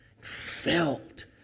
felt